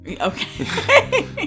Okay